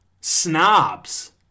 snobs